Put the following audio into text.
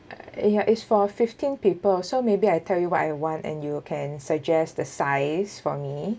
ya is for fifteen people so maybe I tell you what I want and you can suggest the size for me